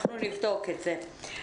אנחנו נבדוק את זה.